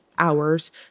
Hours